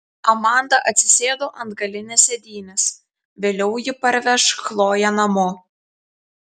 amanda atsisėdo ant galinės sėdynės vėliau ji parveš chloję namo